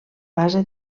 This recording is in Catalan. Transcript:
base